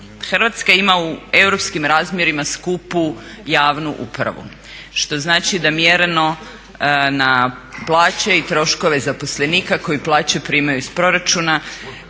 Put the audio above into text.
Hrvatska ima u europskim razmjerima skupu javnu upravu što znači da mjereno na plaće i troškove zaposlenika koji plaće primaju iz proračuna